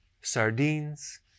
sardines